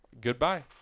Goodbye